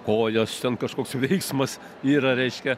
kojas ten kažkoks veiksmas yra reiškia